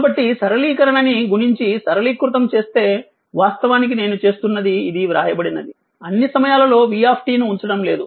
కాబట్టి సరళీకరణ ని గుణించి సరళీకృతం చేస్తే వాస్తవానికి నేను చేస్తున్నది ఇది వ్రాయబడినది అన్ని సమయాలలో v ను ఉంచడం లేదు